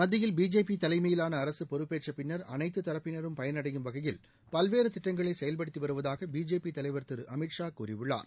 மத்தியில் பிஜேபி தலைமையிலான அரசு பொறுப்பேற்ற பின்னர் அனைத்து தரப்பினரும் பயனடையும் வகையில் பல்வேறு திட்டங்களை செயல்படுத்தி வருவதாக பிஜேபி தலைவர் திரு அமித் ஷா கூறியுள்ளார்